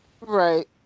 Right